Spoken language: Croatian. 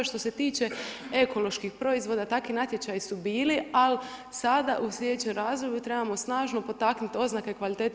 Što se tiče ekoloških proizvoda takvi natječaji su bili, ali sada u sljedećem razdoblju trebamo snažno potaknuti oznake kvalitete.